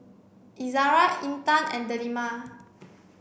Izara Intan and Delima